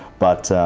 but